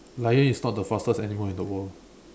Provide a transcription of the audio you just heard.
lion is not the fastest animal in the world